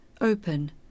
Open